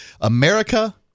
America